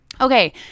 Okay